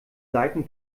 seiten